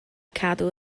cadw